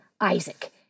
Isaac